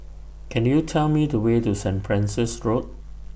Can YOU Tell Me The Way to Saint Francis Road